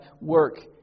work